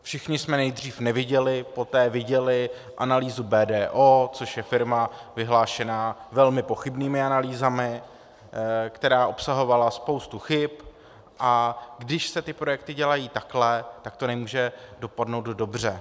Všichni jsme nejdřív neviděli, poté viděli analýzu BDO, což je firma vyhlášená velmi pochybnými analýzami, která obsahovala spoustu chyb, a když se ty projekty dělají takhle, tak to nemůže dopadnout dobře.